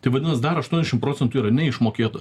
tai vadinas dar aštuoniašim procentų yra neišmokėto